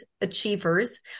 Achievers